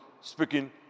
speaking